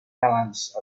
balance